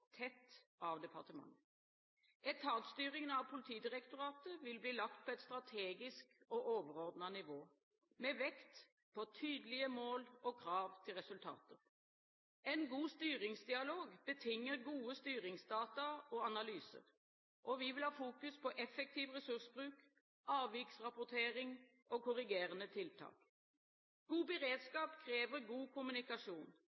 av departementet. Etatsstyringen av Politidirektoratet vil bli lagt på et strategisk og overordnet nivå, med vekt på tydelige mål og krav til resultater. En god styringsdialog betinger gode styringsdata og analyser. Vi vil ha fokus på effektiv ressursbruk, avviksrapportering og korrigerende